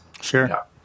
Sure